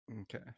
Okay